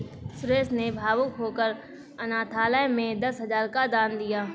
सुरेश ने भावुक होकर अनाथालय में दस हजार का दान दिया